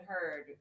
heard